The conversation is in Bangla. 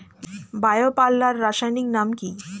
বায়ো পাল্লার রাসায়নিক নাম কি?